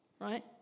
right